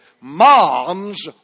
Moms